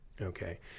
okay